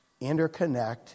interconnect